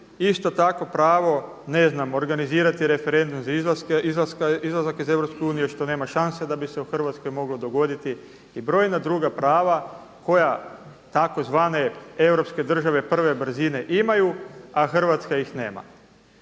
isto tako pravo organizirati referendum za izlazak iz Europske unije, što nema šanse da bi se u Hrvatskoj moglo dogoditi i brojna druga prava koja tzv. europske države prve brzine imaju, a Hrvatska ih nema.